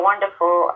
Wonderful